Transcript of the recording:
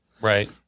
Right